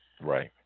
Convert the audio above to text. Right